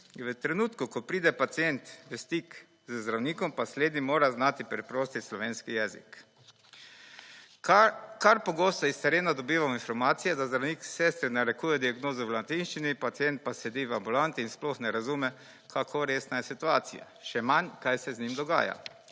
V trenutku, ko pride pacient v stik z zdravnikom, pa slednji mora znati preprosti slovenski jezik. Kar pogosto iz terena dobivamo informacije, da zdravnik sestri narekuje diagnozo v latinščini, pacient pa sedi v ambulanti in sploh ne razume kako resna je situacija, še manj kaj se z njim dogaja.